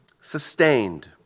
sustained